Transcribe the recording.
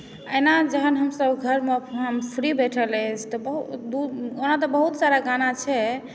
एना जहन हमसभ घरमे फ्री बैठल रहै छी तऽ ओना तऽ बहुत सारा गाना छै